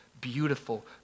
beautiful